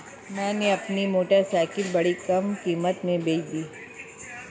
मैंने अपनी मोटरसाइकिल बड़ी कम कीमत में बेंच दी